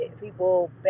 people